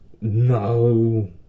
No